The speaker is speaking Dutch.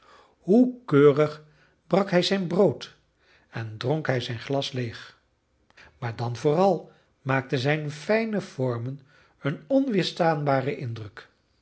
hoe keurig brak hij zijn brood en dronk hij zijn glas leeg maar dan vooral maakten zijn fijne vormen een onweerstaanbaren indruk